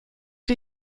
wir